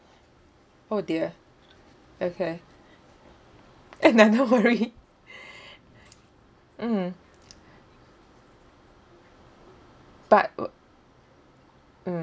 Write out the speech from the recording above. oh dear okay eh no don't worry mmhmm but w~ mm